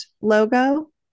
logo